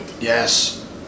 yes